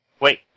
Wait